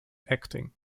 acting